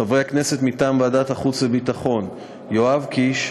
חברי הכנסת מטעם ועדת החוץ והביטחון: יואב קיש,